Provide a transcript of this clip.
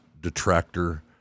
detractor